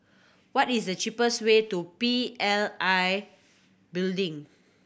what is the cheapest way to P L I Building